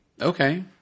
Okay